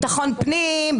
ביטחון פנים,